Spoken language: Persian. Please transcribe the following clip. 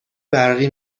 برقی